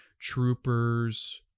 troopers